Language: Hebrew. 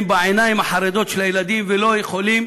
בעיניים החרדות של הילדים ולא יכולים